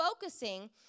focusing